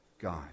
God